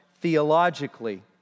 theologically